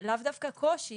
לאו דווקא קושי,